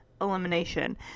elimination